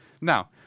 now